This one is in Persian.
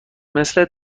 مثل